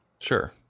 Sure